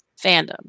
fandom